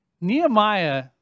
Nehemiah